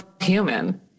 human